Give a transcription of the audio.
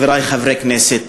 חברי חברי הכנסת,